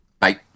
Bye